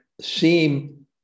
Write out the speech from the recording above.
seem